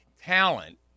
talent